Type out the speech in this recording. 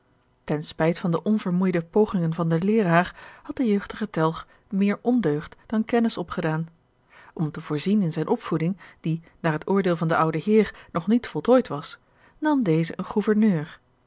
ten spijt van de onvermoeide pogingen van den leeraar had de jeugdige telg meer ondeugd dan kennis opgedaan om te voorzien in zijne opvoeding die naar het oordeel van de ouden heer nog niet voltooid was nam deze een gouverneur